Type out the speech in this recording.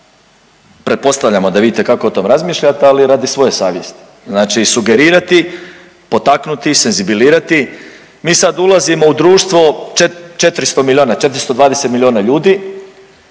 pretpostavljamo da vidite kako o tom razmišljate, ali i radi svoje savjesti. Znači sugerirati, potaknuti, senzibilizirati. Mi sad ulazimo u društvo 400 milijuna, 420 milijuna ljudi.